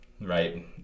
right